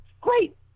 Great